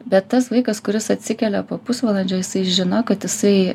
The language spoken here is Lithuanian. bet tas vaikas kuris atsikelia po pusvalandžio jisai žino kad jisai